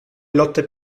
lotte